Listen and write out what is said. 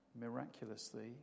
miraculously